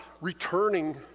returning